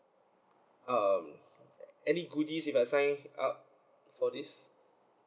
um any goodies if I sign up for this